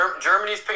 Germany's